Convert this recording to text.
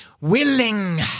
Willing